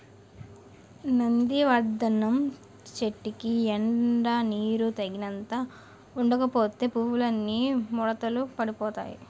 నందివర్థనం చెట్టుకి ఎండా నీరూ తగినంత ఉండకపోతే పువ్వులన్నీ ముడతలు పడిపోతాయ్